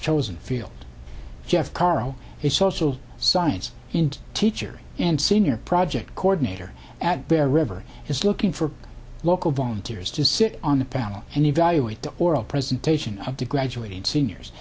chosen field jeff caro a social science and teacher and senior project coordinator at bear river is looking for local volunteers to sit on the panel and evaluate the oral presentation of the graduating seniors